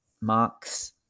Mark's